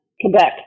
quebec